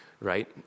right